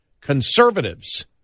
conservatives